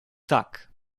tak